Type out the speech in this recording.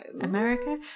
America